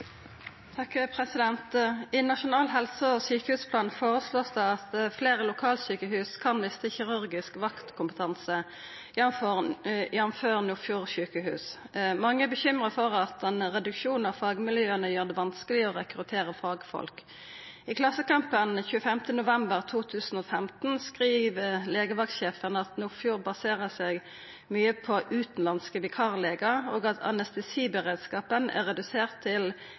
Nasjonal helse- og sykehusplan foreslås det at flere lokalsykehus kan miste kirurgisk vaktkompetanse, jf. Nordfjord sjukehus. Mange er bekymret for at en reduksjon av fagmiljøene gjør det vanskelig å rekruttere fagfolk. I Klassekampen 25. november 2015 skriver legevaktsjefen at Nordfjord baserer seg mye på utenlandske vikarleger, og at anestesiberedskapen er redusert til